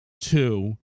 Two